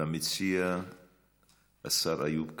למציע השר איוב קרא.